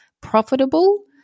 profitable